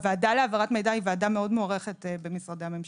הוועדה להעברת מידע היא וועדה מאוד מוערכת במשרדי הממשלה.